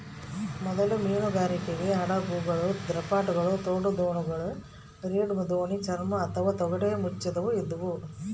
ಮೊದಲ ಮೀನುಗಾರಿಕೆ ಹಡಗುಗಳು ರಾಪ್ಟ್ಗಳು ತೋಡುದೋಣಿಗಳು ರೀಡ್ ದೋಣಿ ಚರ್ಮ ಅಥವಾ ತೊಗಟೆ ಮುಚ್ಚಿದವು ಇದ್ವು